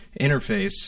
interface